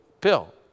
pill